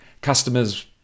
customers